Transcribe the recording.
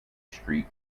street